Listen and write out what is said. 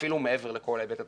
אפילו מעבר לכל ההיבט התקציבי.